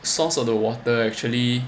source of the water actually